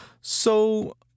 so—